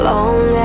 Long